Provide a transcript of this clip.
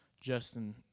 Justin